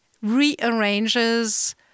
rearranges